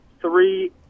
three